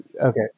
Okay